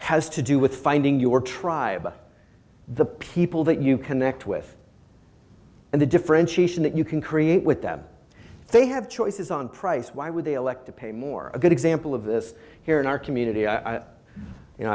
has to do with finding your tribe the people that you connect with and the differentiation that you can create with them they have choices on price why would they elect to pay more a good example of this here in our community